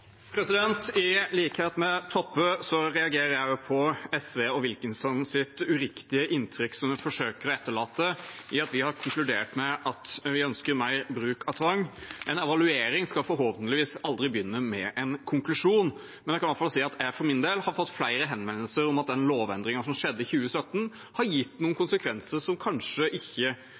I likhet med Toppe reagerer også jeg på det uriktige inntrykk SV og Wilkinson forsøker å etterlate, at vi har konkludert med at vi ønsker mer bruk av tvang. En evaluering skal forhåpentligvis aldri begynne med en konklusjon, men jeg kan i hvert fall si at jeg for min del har fått flere henvendelser om at den lovendringen som skjedde i 2017, har gitt noen konsekvenser som kanskje ikke